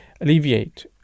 alleviate